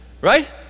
right